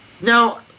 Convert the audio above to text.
Now